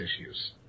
issues